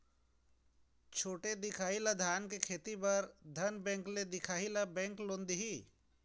छोटे दिखाही ला धान के खेती बर धन बैंक ले दिखाही ला बैंक लोन दिही?